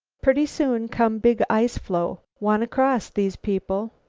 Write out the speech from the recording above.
pretty soon come big ice-floe. wanna cross, these people.